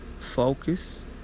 Focus